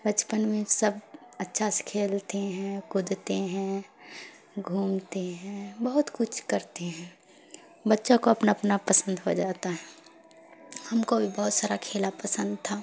بچپن میں سب اچھا سے کھیلتے ہیں کودتے ہیں گھومتے ہیں بہت کچھ کرتے ہیں بچہ کو اپنا اپنا پسند ہو جاتا ہے ہم کو بھی بہت سارا کھیلا پسند تھا